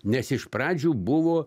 nes iš pradžių buvo